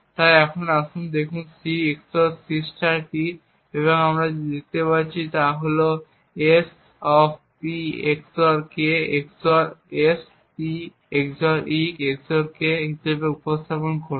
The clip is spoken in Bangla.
তাই এখন আসুন দেখি C XOR C কি এবং আমরা যা দেখতে পাচ্ছি তা হল এটিকে SP XOR k XOR SP XOR e XOR k হিসাবে উপস্থাপন করুন